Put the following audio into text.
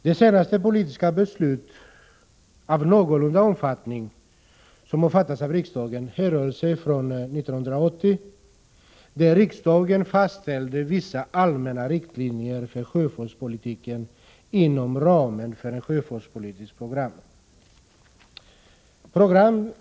Det senaste politiska beslut av någorlunda omfattning som har fattats av riksdagen härrör sig från 1980, då riksdagen fastställde vissa allmänna riktlinjer för sjöfartspolitiken inom ramen för ett sjöfartspolitiskt program.